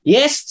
Yes